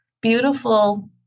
beautiful